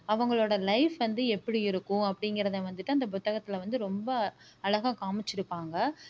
அவங்களோடய லைஃப் வந்து எப்படி இருக்கும் அப்படிங்குறத வந்துவிட்டு அந்த புத்தகத்தில் வந்து ரொம்ப அழகாக காம்மிச்சு இருப்பாங்க